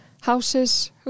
houses